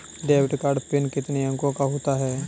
Debit card pin कितने अंकों का होता है?